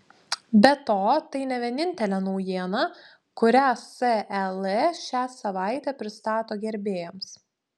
be to tai ne vienintelė naujiena kurią sel šią savaitę pristato gerbėjams